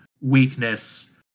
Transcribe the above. weakness